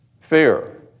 fear